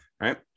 right